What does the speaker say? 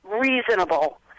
reasonable